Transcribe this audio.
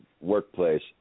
workplace